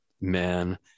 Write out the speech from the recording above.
man